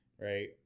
right